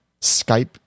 Skype